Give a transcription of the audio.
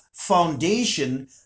foundation